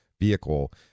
vehicle